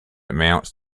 amounts